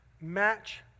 match